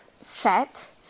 set